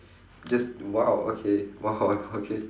just !wow! okay !wow! wo~ okay